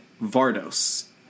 Vardos